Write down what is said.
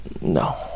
No